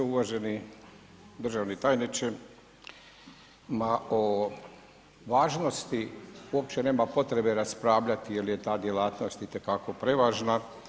Uvaženi državni tajniče, ma o važnosti uopće nema potrebe raspravljati jer je ta djelatnost itekako prevažna.